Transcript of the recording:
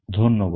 ধন্যবাদ